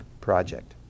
project